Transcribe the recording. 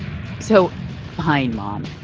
so fine, mom.